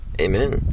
Amen